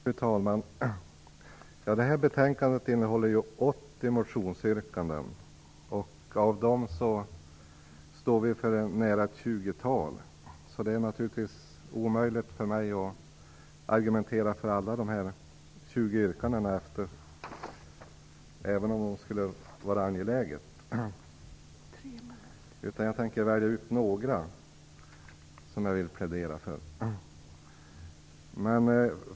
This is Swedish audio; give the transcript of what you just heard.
Fru talman! Detta betänkande innehåller 80 motionsyrkanden. Närmare ett tjugotal av dem står vi för, så det är omöjligt för mig att argumentera för alla de yrkandena - även om det skulle vara angeläget. Jag tänker dock välja ut några yrkanden som jag vill plädera för.